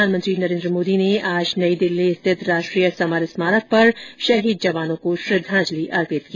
प्रधानमंत्री नरेन्द्र मोदी ने आज नई दिल्ली स्थित राष्ट्रीय समर स्मारक पर शहीद जवानों को श्रद्दांजलि अर्पित की